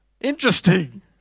interesting